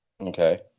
Okay